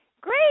Great